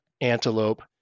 antelope